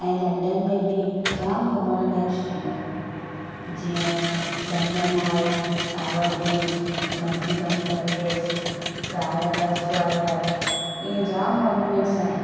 ऐं लंडन में बि जाम घुमण लाइ शयूं आहिनि जीअं लंडन आहे Tower Bridge Buckingham Palace ट्राइ लॻसस्क़ैयर इएं जाम मोन्यूमेंट्स आहिनि